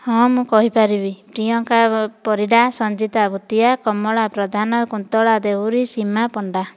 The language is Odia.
ହଁ ମୁଁ କହିପାରିବି ପ୍ରିୟଙ୍କା ପରିଡ଼ା ସଂଚିତା ଭୂତିଆ କମଳା ପ୍ରଧାନ କୁନ୍ତଳା ଦେହୁରୀ ସୀମା ପଣ୍ଡା